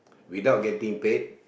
without getting paid